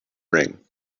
ring